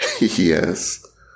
Yes